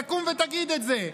תקום ותגיד את זה,